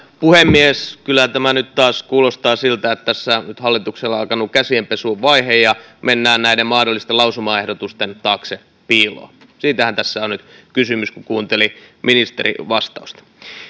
puhemies kyllä tämä nyt taas kuulostaa siltä että tässä nyt hallituksella on alkanut käsienpesuvaihe ja mennään näiden mahdollisten lausumaehdotusten taakse piiloon siitähän tässä on nyt kysymys kun kuunteli ministerin vastausta